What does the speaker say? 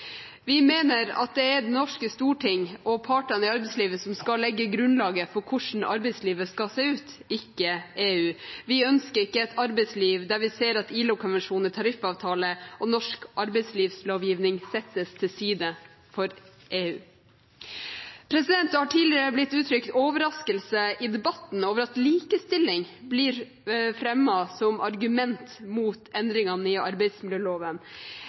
Vi mener at det er Det norske storting og partene i arbeidslivet som skal legge grunnlaget for hvordan arbeidslivet skal se ut, ikke EU. Vi ønsker ikke et arbeidsliv der vi ser at ILO-konvensjon, tariffavtale og norsk arbeidslivslovgivning settes til side for EU. Det har tidligere i debatten blitt uttrykt overraskelse over at likestilling blir fremmet som argument mot endringene i arbeidsmiljøloven.